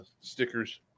stickers